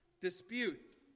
dispute